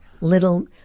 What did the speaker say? Little